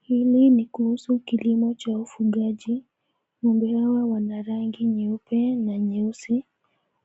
Hili ni kuhusu kilimo cha ufugaji. Ngombe hawa wana rangi nyeupe na nyeusi,